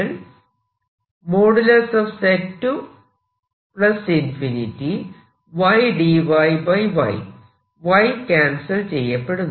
അപ്പോൾ Y cancel ചെയ്യപ്പെടുന്നു